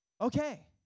Okay